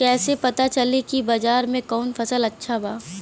कैसे पता चली की बाजार में कवन फसल अच्छा बा?